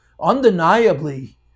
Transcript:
undeniably